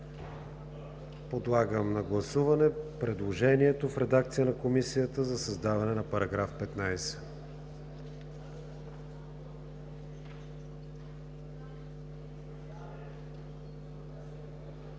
Подлагам на гласуване предложението в редакцията на Комисията за създаване на нов § 9.